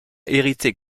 hérité